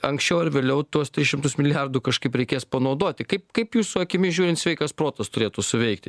anksčiau ar vėliau tuos tris šimtus milijardų kažkaip reikės panaudoti kaip kaip jūsų akimis žiūrint sveikas protas turėtų suveikti